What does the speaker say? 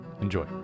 Enjoy